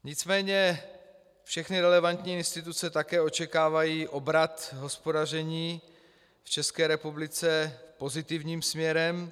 Nicméně všechny relevantní instituce také očekávají obrat v hospodaření v České republice pozitivním směrem.